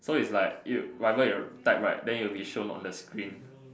so its like you whatever you type right then it will be shown on the screen